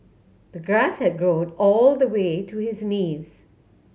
the grass had grown all the way to his knees